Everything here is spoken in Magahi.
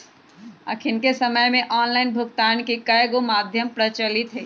अखनिक समय में ऑनलाइन भुगतान के कयगो माध्यम प्रचलित हइ